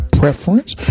preference